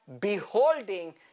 beholding